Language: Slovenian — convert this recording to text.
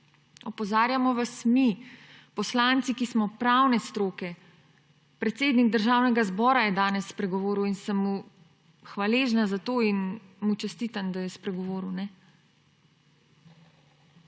opozarjamo vas mi, poslanci, ki smo pravne stroke, predsednik Državnega zbora je danes spregovoril in sem mu hvaležna za to in mu čestitam, da je spregovoril.